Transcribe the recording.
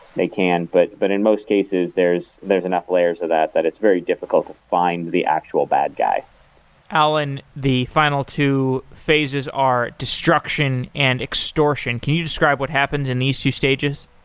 they can. but but in most cases, there's there's enough layers of that that it's very difficult to find the actual bad guy allan, the final two phases are destruction and extortion. can you describe what happens in these two stages?